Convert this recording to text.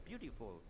beautiful